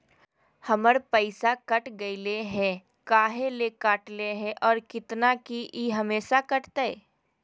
हमर पैसा कट गेलै हैं, काहे ले काटले है और कितना, की ई हमेसा कटतय?